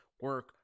Work